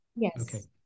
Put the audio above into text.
Yes